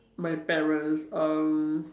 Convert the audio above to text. my parents um